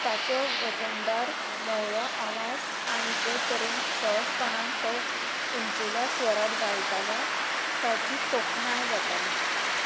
ताचो वजनदार म्होंवळो आवाज आनी जे तरेन सहजपणान तो उंचेल्या स्वरांत गायतालो ताची तोखणाय जाताली